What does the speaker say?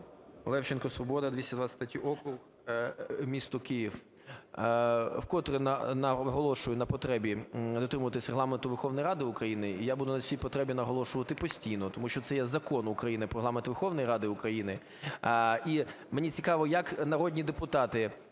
Левченко, "Свобода", 223-й округ, місто Київ. Вкотре наголошую на потребі дотримуватись Регламенту Верховної Ради України. І я буду на цій потребі наголошувати постійно. Тому що це є Закон України "Про Регламент Верховної Ради України". І мені цікаво, як народні депутати